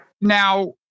Now